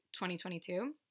2022